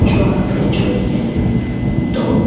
જો આપણે જોઈએ ને તો